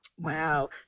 Wow